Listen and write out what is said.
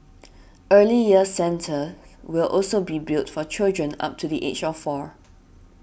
Early Years Centres will also be built for children up to the age of four